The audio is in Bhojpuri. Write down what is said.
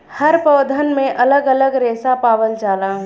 हर पौधन में अलग अलग रेसा पावल जाला